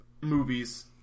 movies